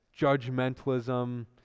judgmentalism